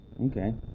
Okay